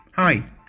Hi